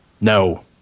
No